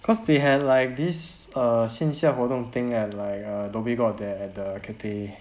cause they had like this err 线下活动 thing at like err dhoby ghaut there at the cathay